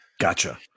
gotcha